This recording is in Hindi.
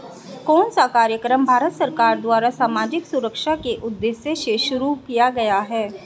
कौन सा कार्यक्रम भारत सरकार द्वारा सामाजिक सुरक्षा के उद्देश्य से शुरू किया गया है?